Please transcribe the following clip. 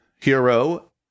hero